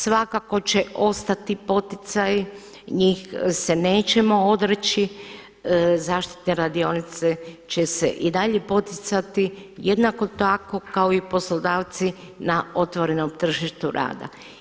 Svakako će ostati poticaji, njih se nećemo odreći, zaštitne radionice će se i dalje poticati jednako tako kao i poslodavci na otvorenom tržištu rada.